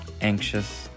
Anxious